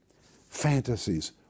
fantasies